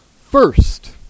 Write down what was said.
First